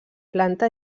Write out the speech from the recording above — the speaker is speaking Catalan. planta